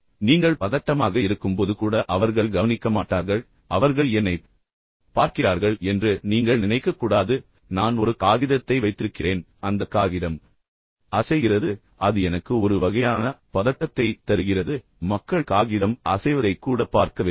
எனவே நீங்கள் பதட்டமாக இருக்கும்போது கூட அவர்கள் கவனிக்க மாட்டார்கள் எனவே அவர்கள் என்னைப் பார்க்கிறார்கள் என்று நீங்கள் நினைக்கக்கூடாது என் கால்கள் அசைகின்றன நான் ஒரு காகிதத்தை வைத்திருக்கிறேன் அந்த காகிதம் அசைகிறது அது எனக்கு ஒரு வகையான பதட்டத்தைத் தருகிறது உண்மையில் மக்கள் காகிதம் அசைவதைக் கூட பார்க்கவில்லை